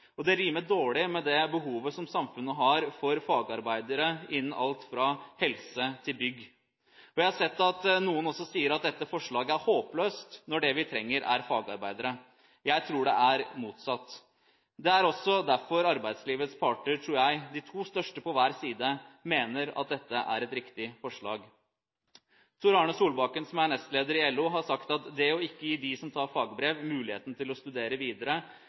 Det rimer dårlig med det behovet som samfunnet har for fagarbeidere innen alt fra helse til bygg. Jeg har sett at noen også sier at dette forslaget er håpløst, når det vi trenger, er fagarbeidere. Jeg tror det er motsatt. Jeg tror det er også derfor arbeidslivets parter, de to største på hver side, mener at dette er et riktig forslag. Tor-Arne Solbakken som er nestleder i LO, har sagt at det å ikke gi de som tar fagbrev, muligheten til å studere videre